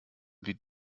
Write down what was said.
wie